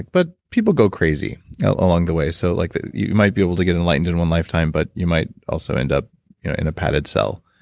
but people go crazy along the way. so like you might be able to get enlightened in one lifetime, but you might also end up in a padded cell.